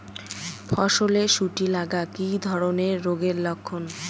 ফসলে শুটি লাগা কি ধরনের রোগের লক্ষণ?